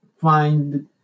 find